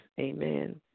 amen